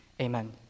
amen